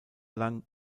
lang